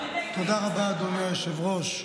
תודה רבה, אדוני היושב-ראש.